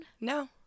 No